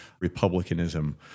republicanism